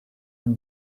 and